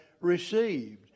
received